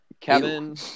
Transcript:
Kevin